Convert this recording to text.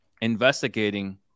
investigating